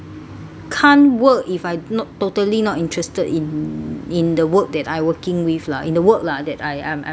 can't work if I not totally not interested in in the work that I working with lah in the work lah that I'm I'm in